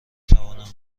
توانم